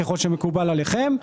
ככל שמקובל עליכם,